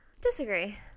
Disagree